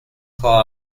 claw